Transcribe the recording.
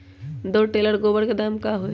दो टेलर गोबर के दाम का होई?